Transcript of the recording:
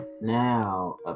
now